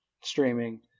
streaming